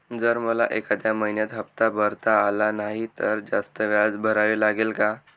जर मला एखाद्या महिन्यात हफ्ता भरता आला नाही तर जास्त व्याज भरावे लागेल का?